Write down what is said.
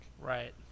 Right